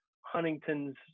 Huntington's